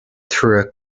through